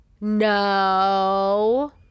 No